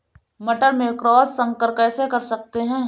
मटर में क्रॉस संकर कैसे कर सकते हैं?